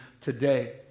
today